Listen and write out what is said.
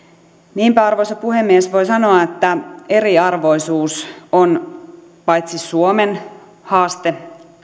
niinpä arvoisa puhemies voi sanoa että eriarvoisuus on paitsi suomen haaste